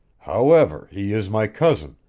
however, he is my cousin,